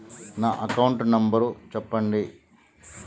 నా account number చెప్పండి?